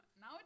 Now